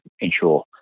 ensure